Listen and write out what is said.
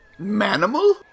manimal